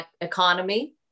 economy